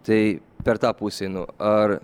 tai per tą pusę einu ar